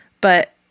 But-